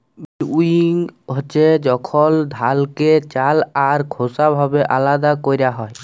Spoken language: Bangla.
ভিল্লউইং হছে যখল ধালকে চাল আর খোসা ভাবে আলাদা ক্যরা হ্যয়